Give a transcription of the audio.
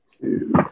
two